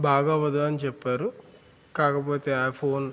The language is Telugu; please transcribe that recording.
బాగవ్వదు అని చెప్పారు కాకపోతే ఆ ఫోన్